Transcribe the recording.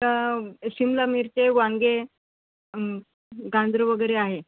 तर शिमला मिरचे वांगे गाजरं वगैरे आहे